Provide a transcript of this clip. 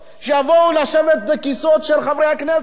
שיבואו לשבת בכיסאות של חברי הכנסת.